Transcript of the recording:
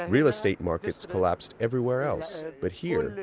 real estate markets collapsed everywhere else. but here,